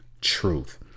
truth